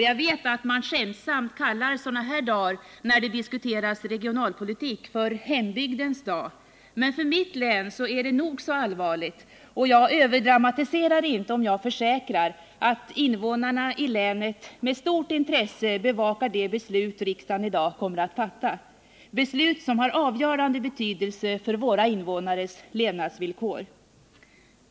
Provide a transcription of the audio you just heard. Jag vet att man skämtsamt kallar sådana här dagar när det diskuteras regionalpolitik för Hembygdens dag, men för mitt län är det ämnet nog så allvarligt, och jag överdramatiserar inte om jag försäkrar att invånarna i länet med stort intresse bevakar de beslut riksdagen i dag kommer att fatta, beslut som har avgörande betydelse för våra invånares levnadsvillkor.